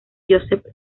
josep